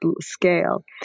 scale